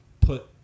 put